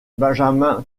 benjamin